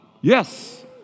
yes